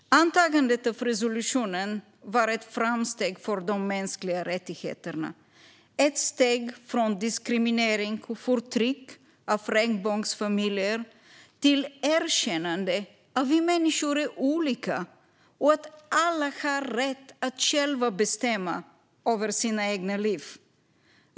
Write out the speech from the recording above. Antagandet av resolutionen var ett framsteg för de mänskliga rättigheterna, ett steg från diskriminering och förtryck av regnbågsfamiljer mot erkännande av att vi människor är olika och att alla har rätt att själva bestämma över sina egna liv.